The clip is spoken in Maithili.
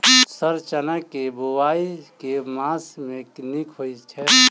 सर चना केँ बोवाई केँ मास मे नीक होइ छैय?